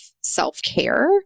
self-care